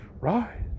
Right